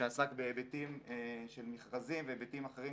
שעסק בהיבטים של מכרזים והיבטים אחרים